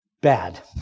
bad